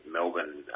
Melbourne